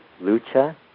Lucha